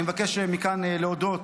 אני מבקש מכאן להודות